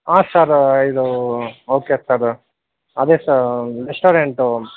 ಹಾಂ ಸರ್ ಇದು okay sir ಅದೇ ಸರ್ ರೆಸ್ಟೋರೆಂಟು